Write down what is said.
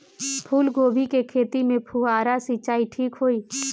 फूल गोभी के खेती में फुहारा सिंचाई ठीक होई?